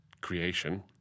creation